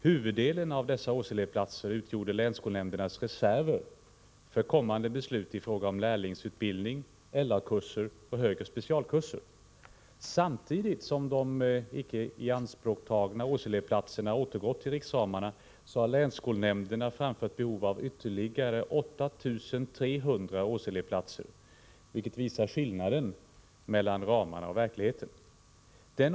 Huvuddelen av dessa årselevplatser utgjorde länsskolnämndernas reserver för kommande beslut i fråga om lärlingsutbildning, LA-kurser och högre specialkurser. Samtidigt som de icke ianspråktagna årselevplatserna har återgått till riksramarna har länsskolnämnderna anmält behov av ytterligare 8 300 årselevplatser, vilket visar skillnaden mellan ramarna och verkligheten.